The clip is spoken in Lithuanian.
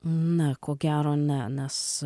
ne ko gero ne nes